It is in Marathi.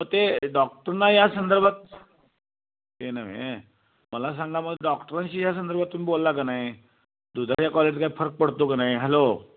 मग ते डॉक्टरना या संदर्भात ते नव्हे मला सांगा मग डॉक्टरांशी या संदर्भा तुम्ही बोलला का नाही दुधाच्या कॉलीटीत काय फरक पडतो का नाही हॅलो